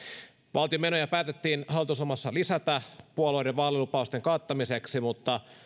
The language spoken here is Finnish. valtion menoja päätettiin hallitusohjelmassa lisätä puolueiden vaalilupausten kattamiseksi mutta